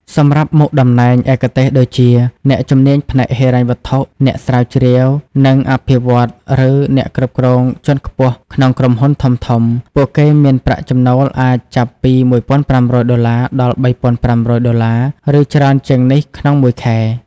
សម្រាប់មុខតំណែងឯកទេសដូចជា អ្នកជំនាញផ្នែកហិរញ្ញវត្ថុ អ្នកស្រាវជ្រាវ និងអភិវឌ្ឍន៍ ឬអ្នកគ្រប់គ្រងជាន់ខ្ពស់ក្នុងក្រុមហ៊ុនធំៗ ពួកគេមានប្រាក់ចំណូលអាចចាប់ពី ១,៥០០ ដុល្លារ ដល់ ៣,៥០០ ដុល្លារ ឬច្រើនជាងនេះ ក្នុងមួយខែ។